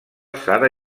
sara